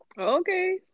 Okay